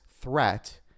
threat